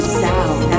sound